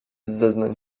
zeznań